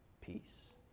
peace